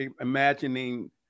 imagining